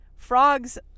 frogs